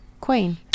Queen